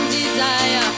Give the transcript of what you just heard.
desire